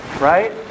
right